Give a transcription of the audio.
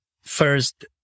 first